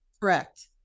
Correct